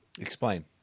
Explain